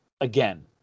again